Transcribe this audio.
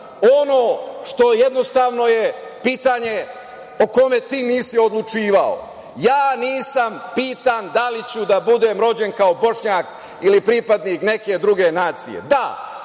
ono što jednostavno je pitanje o kome ti nisi odlučivao. Ja nisam pitam da li ću da budem rođen kao Bošnjak ili pripadnik neke druge nacija. Da,